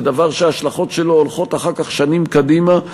זה דבר שההשלכות שלו הולכות אחר כך שנים קדימה,